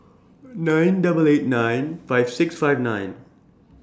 nine double eight nine five six five nine